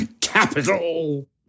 Capital